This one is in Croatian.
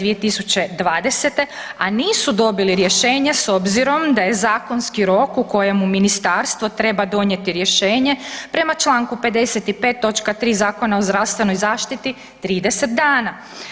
2020. a nisu dobili rješenje s obzirom da je zakonski rok u kojem mu ministarstvo treba donijeti rješenje prema čl. 55. točka 3. Zakona o zdravstvenoj zaštiti 30 dana?